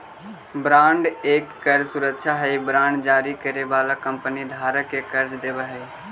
bond एक कर्जा सुरक्षा हई बांड जारी करे वाला कंपनी धारक के कर्जा देवऽ हई